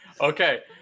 Okay